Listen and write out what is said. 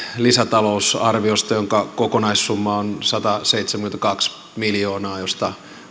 lisätalousarviosta jonka kokonaissumma on sataseitsemänkymmentäkaksi miljoonaa josta